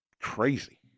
crazy